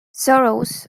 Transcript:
sorrows